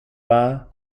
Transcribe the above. wahr